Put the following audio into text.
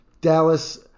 Dallas